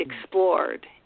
explored